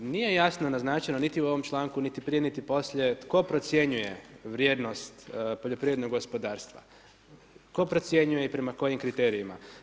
Nije jasno naznačeno niti u ovom članku, niti prije, niti poslije tko procjenjuje vrijednost poljoprivrednog gospodarstva, tko procjenjuje i prema kojim kriterijima.